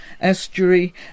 estuary